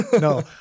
No